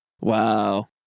Wow